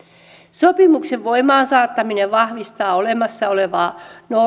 sopimuksen voimaansaattaminen vahvistaa olemassa olevaa